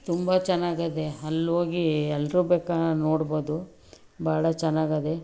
ತುಂಬ ಚೆನ್ನಾಗಿದೆ ಅಲ್ಲೋಗಿ ಎಲ್ಲರೂ ಬೆಟ್ಟವನ್ನು ನೋಡ್ಬೋದು ಭಾಳ ಚೆನ್ನಾಗಿದೆ